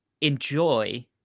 enjoy